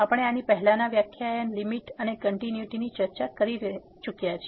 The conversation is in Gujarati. આપણે આની પહેલાનાં વ્યાખ્યાનમાં લીમીટ અને કંટીન્યુટીની ચર્ચા કરી ચુક્યા છે